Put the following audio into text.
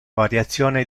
variazione